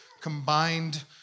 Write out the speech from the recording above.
combined